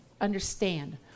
understand